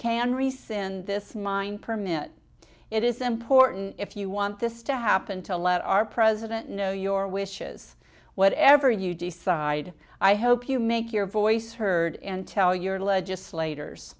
rescind this mine permit it is important if you want this to happen to let our president know your wishes whatever you decide i hope you make your voice heard and tell your legislators